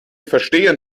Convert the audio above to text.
verstehen